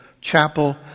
chapel